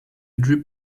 drip